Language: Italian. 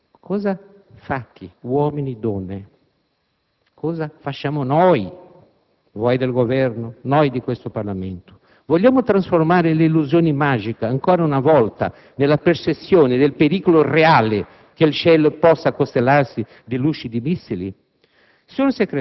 Cosa fate voi del Governo e noi di questo Parlamento? Vogliamo trasformare le illusioni magiche ancora una volta nella percezione del pericolo reale che il cielo possa costellarsi di luci di missili?